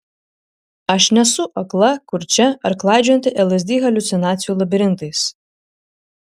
aš nesu akla kurčia ar klaidžiojanti lsd haliucinacijų labirintais